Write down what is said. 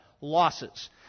Losses